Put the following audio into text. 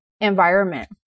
environment